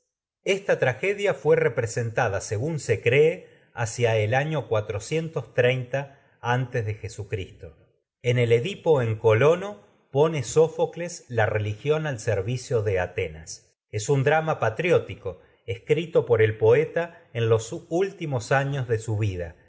esta tragedia año fué representada según se cree de hacia en el el antes jesucristo edipo en colono pone es sófocles la religión drama al servicio de atenas un patriótico años escrito por que el no poeta se en los últimos de su vida